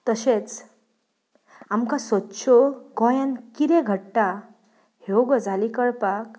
तशेंच आमकां सदच्यो गोंयांत कितें घडटा ह्यो गजाली कळपाक